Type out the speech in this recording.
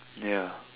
ya